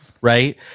right